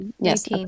yes